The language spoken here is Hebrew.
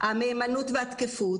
על המהימנות והתקפות